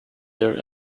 their